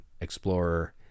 explorer